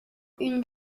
une